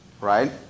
Right